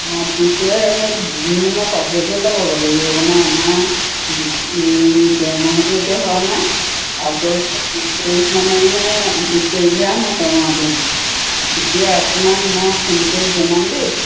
অঁ পিছে সে দুদিনমানৰ পাছতহে লগাব লাগিব মানে আমাৰ এই দৰমহাটো এতিয়া হোৱা নাই আগষ্ট ত্ৰিছ তাৰিখ মানেহে বিছ তাৰিখেহে আমাৰ দৰমহাটো হ'ব তেতিয়া আপোনাক মই ফোন কৰি জনাম দেই